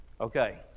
Okay